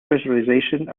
specialization